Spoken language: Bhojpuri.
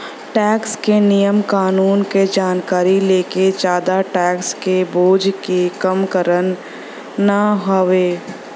टैक्स क नियम कानून क जानकारी लेके जादा टैक्स क बोझ के कम करना हउवे